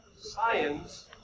science